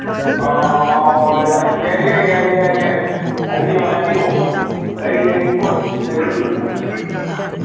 ꯑꯧ ꯑꯧ ꯑꯁ ꯌꯥꯏ ꯌꯥꯏ ꯌꯥꯏ ꯌꯥꯏ ꯌꯥꯏ ꯍꯥꯏꯕꯤꯌꯨ ꯍꯥꯏꯕꯤꯌꯨ ꯀꯔꯤ ꯀꯔꯤ ꯄꯣꯠ